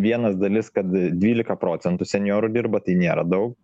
vienas dalis kad dvylika procentų senjorų dirba tai nėra daug